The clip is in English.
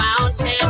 mountain